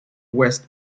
west